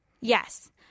Yes